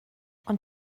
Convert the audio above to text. ond